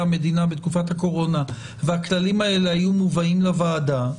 המדינה בתקופת הקורונה והכללים האלה היו מובאים לוועדה,